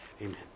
Amen